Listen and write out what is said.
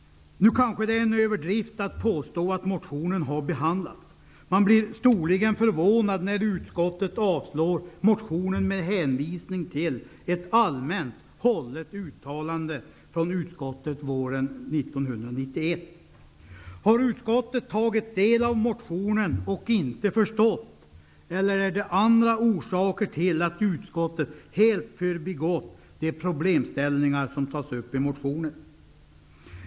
Nu är det nog en överdrift att påstå att motionen har behandlats. Man blir storligen förvånad när utskottet avstyrker motionen med hänvisning till ett allmänt hållet uttalande från utskottet våren 1991. Har utskottet tagit del av motionen och inte förstått, eller är det andra orsaker till att utskottet helt har förbigått de problemställningar som tas upp i motionen?